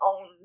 own